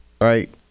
Right